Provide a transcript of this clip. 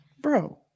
Bro